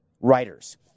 writers